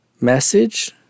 message